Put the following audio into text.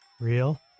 real